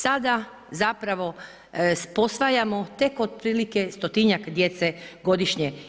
Sada zapravo posvajamo tek otprilike stotinjak djece godišnje.